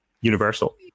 universal